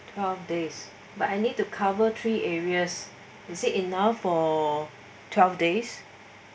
twelve days but I need to cover three areas you say enough for twelve days